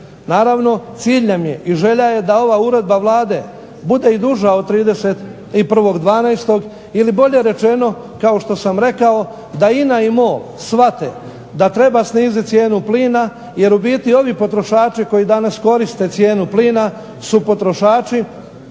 Naravno cilj nam je i želja je da ova uredba Vlade bude i duža od 31.12. ili bolje rečeno kao što sam rekao da INA i MOL shvate da treba sniziti cijenu plina, jer u biti ovi potrošači koji danas koriste cijenu plina su potrošači